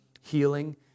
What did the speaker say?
healing